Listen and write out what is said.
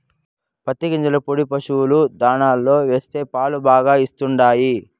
పత్తి గింజల పొడి పశుల దాణాలో వేస్తే పాలు బాగా ఇస్తండాయి